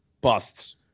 busts